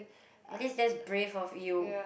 at least that's brave of you